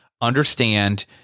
understand